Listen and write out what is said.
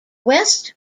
west